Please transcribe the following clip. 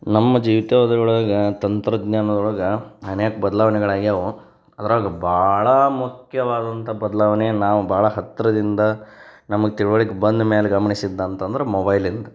ನಮ್ಮ ಜೀವಿತಾವಧಿ ಒಳಗೆ ತಂತ್ರಜ್ಞಾನದೊಳಗೆ ಅನೇಕ ಬದ್ಲಾವಣೆಗಳು ಆಗ್ಯಾವೆ ಅದ್ರಾಗ ಭಾಳ ಮುಖ್ಯವಾದಂಥ ಬದ್ಲಾವಣೆ ನಾವು ಬಹಳ ಹತ್ತಿರದಿಂದ ನಮಗೆ ತಿಳ್ವಳಿಕೆ ಬಂದ್ಮೇಲೆ ಗಮ್ನಿಸಿದ್ದು ಅಂತಂದ್ರೆ ಮೊಬೈಲಿಂದು